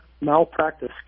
malpractice